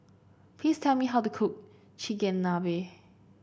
please tell me how to cook Chigenabe